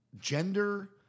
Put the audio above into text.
gender